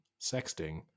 sexting